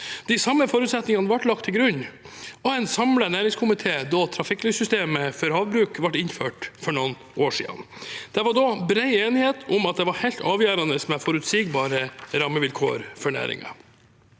De samme forutsetningene ble lagt til grunn av en samlet næringskomité da trafikklyssystemet for havbruk ble innført for noen år siden. Det var da bred enighet om at det var helt avgjørende med forutsigbare rammevilkår for næringen.